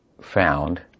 found